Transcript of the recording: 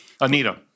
Anita